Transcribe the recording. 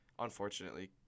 unfortunately